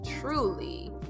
truly